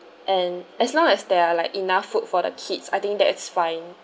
and as long as there are like enough food for the kids I think that it's fine